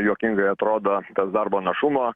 juokingai atrodo tas darbo našumo